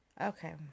Okay